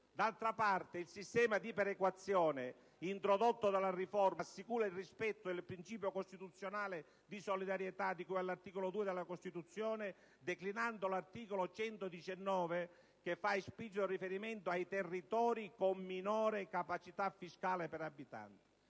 D'altra parte, il sistema di perequazione introdotto dalla riforma assicura il rispetto del principio costituzionale di solidarietà di cui all'articolo 2 della Costituzione, declinando l'articolo 119 che fa esplicito riferimento ai «territori con minore capacità fiscale per abitante».